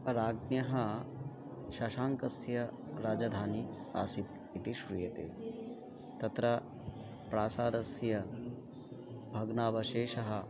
राज्ञः शशाङ्कस्य राजधानी आसीत् इति श्रूयते तत्र प्रासादस्य भग्नावशेषः